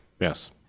Yes